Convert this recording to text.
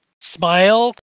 smile